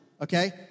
okay